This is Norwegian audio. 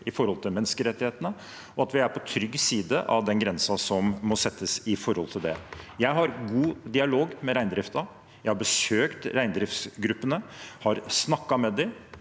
SP 27 og menneskerettighetene, så vi er på trygg side av den grensen som må settes med hensyn til det. Jeg har god dialog med reindriften. Jeg har besøkt reindriftsgruppene og snakket med dem.